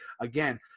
again